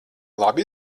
labi